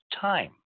time